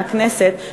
מהכנסת,